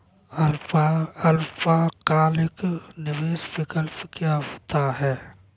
अल्पकालिक निवेश विकल्प क्या होता है?